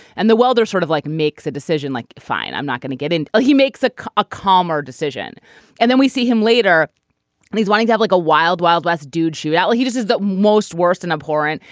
and the well they're sort of like makes a decision like fine i'm not going to get in. ah he makes ah a calmer decision and then we see him later and he's wanting to eat like a wild wild west dude shoot out what he does is the most worst and abhorrent.